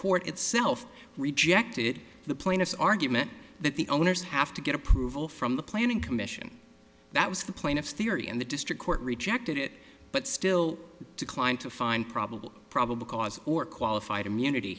court itself rejected the plaintiff's argument that the owners have to get approval from the planning commission that was the plaintiffs theory and the district court rejected it but still declined to find probable probable cause or qualified immunity